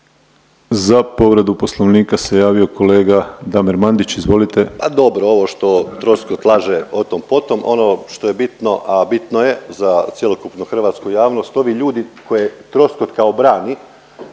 povredu Poslovnika se javio kolega Josip Borić, izvolite.